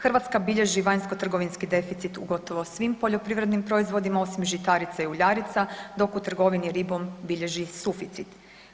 Hrvatska bilježi vanjskotrgovinski deficit u gotovo svim poljoprivrednim proizvodima osim žitarica i uljarica dok u trgovini ribom bilježi suficit.